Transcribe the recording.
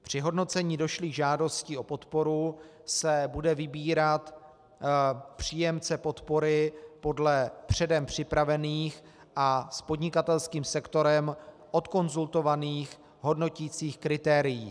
Při hodnocení došlých žádostí o podporu se bude vybírat příjemce podpory podle předem připravených a s podnikatelským sektorem odkonzultovaných hodnoticích kritérií.